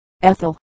Ethel